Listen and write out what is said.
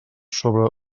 sobre